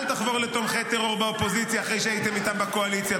אל תחבור לתומכי טרור באופוזיציה אחרי שהייתם איתם בקואליציה.